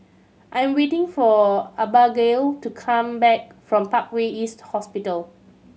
I'm waiting for Abagail to come back from Parkway East Hospital